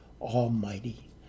Almighty